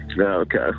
okay